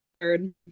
third